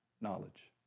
knowledge